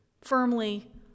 firmly